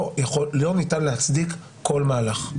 לא ניתן להצדיק כל מהלך.